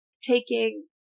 taking